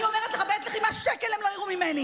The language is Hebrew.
אני אומרת לך, בעת לחימה שקל הם לא יראו ממני.